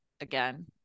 again